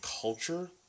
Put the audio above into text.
culture